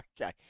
Okay